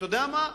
אתה יודע מה?